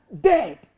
dead